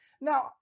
Now